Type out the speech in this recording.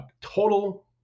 total